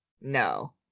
No